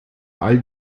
all